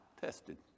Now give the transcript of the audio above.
tested